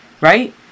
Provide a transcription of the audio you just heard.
right